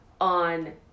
on